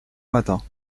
matins